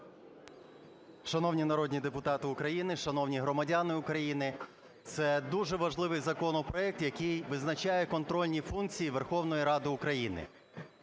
Шановні народні депутати України, шановні громадяни України! Це дуже важливий законопроект, який визначає контрольні функції Верховної Ради України.